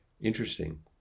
interesting